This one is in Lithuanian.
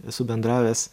esu bendravęs